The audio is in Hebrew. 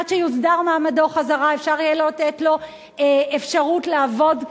עד שיוסדר מעמדו אפשר יהיה לתת לו אפשרות לעבוד כאן.